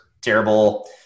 terrible